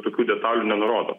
tokių detalių nenurodo